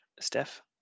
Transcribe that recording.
Steph